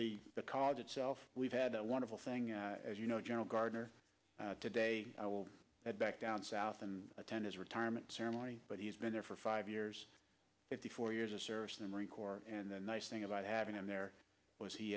the college itself we've had a wonderful thing as you know general garner today i will head back down south and attend his retirement ceremony but he's been there for five years fifty four years of service in the marine corps and the nice thing about having him there was he